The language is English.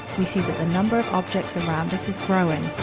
we see that the number of objects around us is growing.